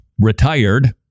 Retired